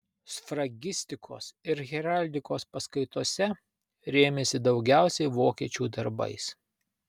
sfragistikos ir heraldikos paskaitose rėmėsi daugiausiai vokiečių darbais